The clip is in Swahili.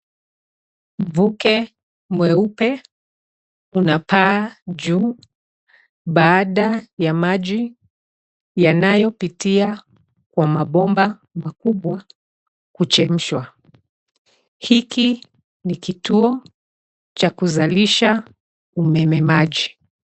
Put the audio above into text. Mvuke mweupe unapaa juu baada ya maji yanayopitia kwa mabomba makubwa kuchemshwa. Hiki ni kituo cha kuzalisha umeme maji.